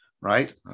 right